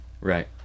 right